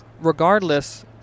regardless